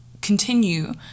continue